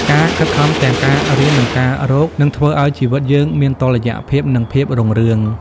ការខិតខំទាំងការរៀន និងការរក នឹងធ្វើឱ្យជីវិតយើងមានតុល្យភាព និងភាពរុងរឿង។